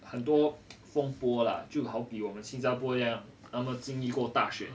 很多风波啦就好比我们新加坡那样那么经历过大选